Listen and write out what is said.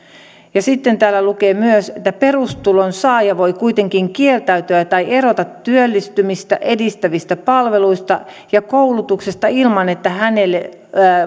sitten täällä lukee myös perustulon saaja voi kuitenkin kieltäytyä tai erota työllistymistä edistävistä palveluista ja koulutuksesta ilman että hänelle